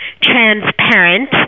transparent